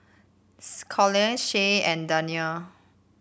Callum Shae and Dania